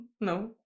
No